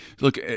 look